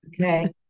Okay